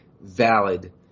valid